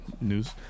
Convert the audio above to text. news